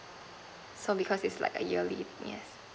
so because it's like a yearly yes